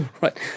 right